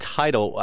title